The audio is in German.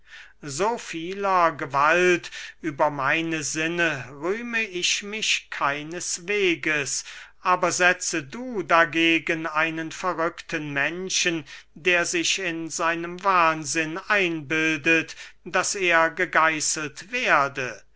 so vieler gewalt über meine sinne rühme ich mich keinesweges aber setze du dagegen einen verrückten menschen der sich in seinem wahnsinn einbildet daß er gegeißelt werde